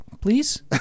Please